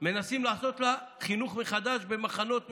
מנסים לעשות לה חינוך מחדש במחנות מסוימים.